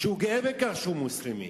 שהוא גאה בכך שהוא מוסלמי,